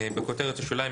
בכותרת השוליים,